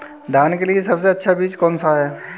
धान के लिए सबसे अच्छा बीज कौन सा है?